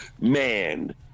man